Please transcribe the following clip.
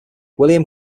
william